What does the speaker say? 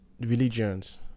religions